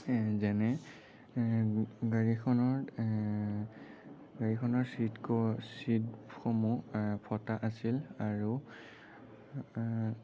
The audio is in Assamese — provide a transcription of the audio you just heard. যেনে গাড়ীখনৰ গাড়ীখনৰ চীট চীটসমূহ ফটা আছিল আৰু